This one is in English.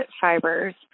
fibers